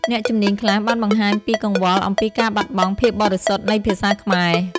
អ្នកជំនាញខ្លះបានបង្ហាញពីកង្វល់អំពីការបាត់បង់ភាពបរិសុទ្ធនៃភាសាខ្មែរ។